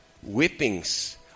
Whippings